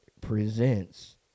Presents